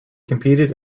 competed